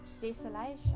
desolation